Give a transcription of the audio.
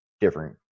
different